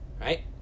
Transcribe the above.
right